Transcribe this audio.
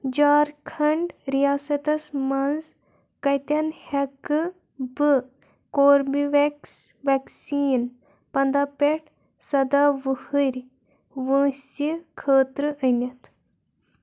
جھارکھنٛڈ ریاستس مَنٛز کَتٮ۪ن ہٮ۪کہٕ بہٕ کوربِوٮ۪کس وٮ۪کسیٖن پنٛداہ پٮ۪ٹھ سداہ وُہُرٕۍ وٲنٛسہٕ خٲطر أنِتھ